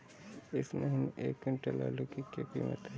इस महीने एक क्विंटल आलू की क्या कीमत है?